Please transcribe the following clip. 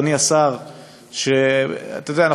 אדוני השר: אתה יודע,